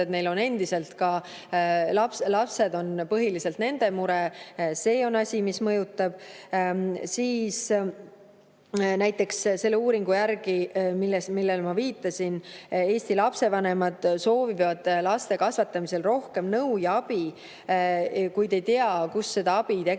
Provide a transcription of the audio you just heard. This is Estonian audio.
on endiselt lapsed põhiliselt nende mure. See on asi, mis mõjutab. Näiteks selle uuringu järgi, millele ma viitasin, Eesti lapsevanemad soovivad laste kasvatamisel rohkem nõu ja abi, kuid ei tea, kust täpselt